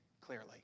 clearly